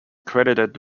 credited